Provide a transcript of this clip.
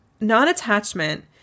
non-attachment